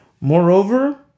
Moreover